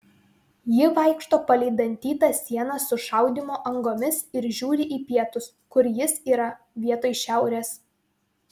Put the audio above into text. ji vaikšto palei dantytą sieną su šaudymo angomis ir žiūri į pietus kur jis yra vietoj šiaurės